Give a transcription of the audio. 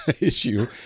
issue